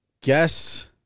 Guess